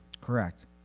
Correct